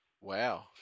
Wow